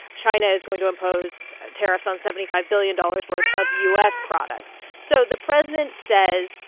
china is going to impose tariffs on seventy five billion dollars worth of u s. products so the president says,